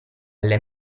alla